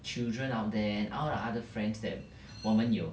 children out there are all our other friends that 我们有